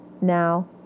now